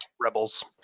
Rebels